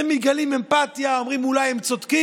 אז מגלים אמפתיה, אומרים: אולי הם צודקים.